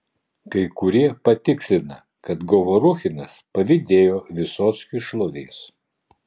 kai kurie patikslina kad govoruchinas pavydėjo vysockiui šlovės